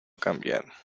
cambiar